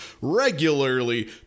regularly